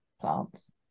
plants